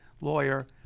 lawyer